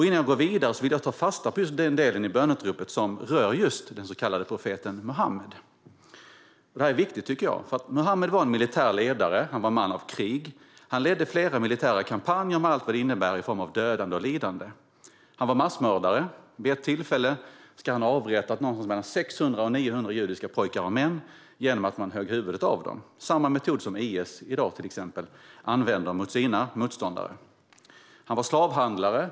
Innan jag går vidare vill jag ta fasta på just den delen i böneutropet som rör den så kallade profeten Muhammed. Det är viktigt. Muhammed var en militär ledare. Han var en man av krig. Han ledde flera militära kampanjer med allt vad det innebär i form av dödande och lidande. Han var massmördare. Vid ett tillfälle ska han ha avrättat 600-900 judiska pojkar och män genom att man högg huvudet av dem. Det är samma metod som till exempel IS använder i dag mot sina motståndare. Han var slavhandlare.